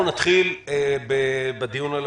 אנחנו נתחיל בדיון על